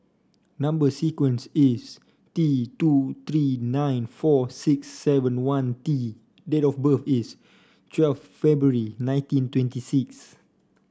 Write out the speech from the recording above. number sequence is T two three nine four six seven one T date of birth is twelve February nineteen twenty six